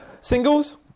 Singles